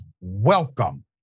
welcome